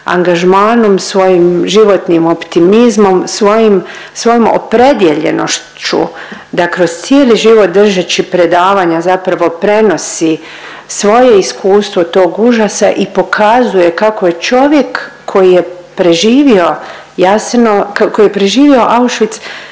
angažmanom, svojim životnim optimizmom, svojom opredijeljenošću da kroz cijeli život držeći predavanja zapravo prenosi svoje iskustvo tog užasa i pokazuje kako je čovjek koji je preživio Auschwitz